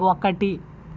ఒకటి